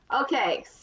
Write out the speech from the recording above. Okay